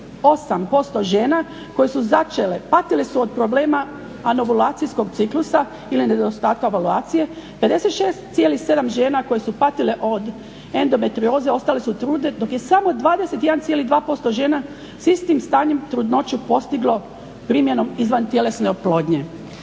81,8% žena koje su začele patile su od problema anovulacijskog ciklusa ili nedostatka valuacije, 56,7% žena koje su patile od enometrioze ostale su trudne dok je samo 21,2% žena s istim stanjem trudnoću postiglo primjenom izvantjelesne oplodnje.